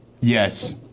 Yes